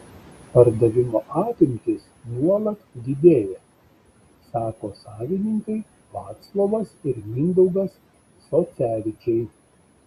pardavimo apimtys nuolat didėja sako savininkai vaclovas ir mindaugas socevičiai